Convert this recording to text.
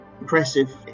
impressive